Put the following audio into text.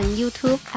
YouTube